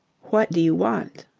what do you want?